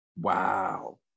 wow